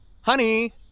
Honey